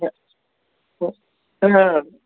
ಹಾಂ ಹ್ಞೂ ಹಾಂ ಹಾಂ ಹಾಂ